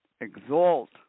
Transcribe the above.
exalt